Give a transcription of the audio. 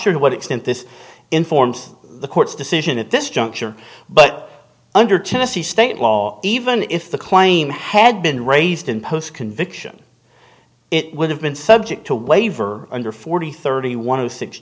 sure to what extent this informs the court's decision at this juncture but under tennessee state law even if the claim had been raised in post conviction it would have been subject to waiver under forty thirty one of the six